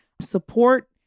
support